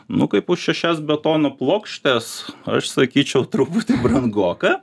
nu kaip už šešias betono plokštes aš sakyčiau truputį brangoka